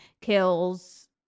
kills